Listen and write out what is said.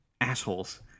assholes